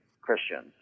Christians